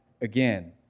again